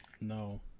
No